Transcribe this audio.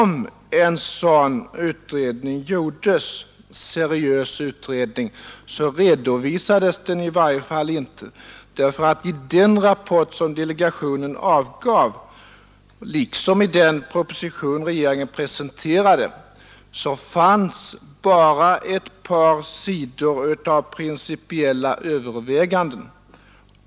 Men den redovisades i varje fall inte, ty i den rapport som delegationen avgav liksom i den proposition som regeringen presenterade fanns bara ett par sidor av principiella överväganden.